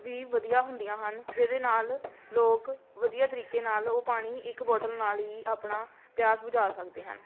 ਵੀ ਵਧੀਆ ਹੁੰਦੀਆਂ ਹਨ ਜਿਹਦੇ ਨਾਲ਼ ਲੋਕ ਵਧੀਆ ਤਰੀਕੇ ਨਾਲ਼ ਉਹ ਪਾਣੀ ਇੱਕ ਬੋਟਲ ਨਾਲ਼ ਹੀ ਆਪਣੀ ਪਿਆਸ ਬੁਝਾ ਸਕਦੇ ਹਨ